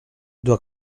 doit